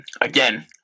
Again